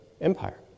empire